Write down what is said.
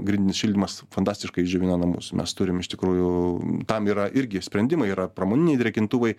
grindinis šildymas fantastiškai išdžiovina namus mes turim iš tikrųjų tam yra irgi sprendimai yra pramoniniai drėkintuvai